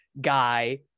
guy